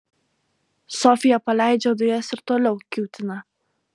sofija paleidžia dujas ir toliau kiūtina